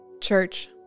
Church